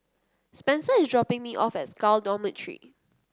Spencer is dropping me off at SCAL Dormitory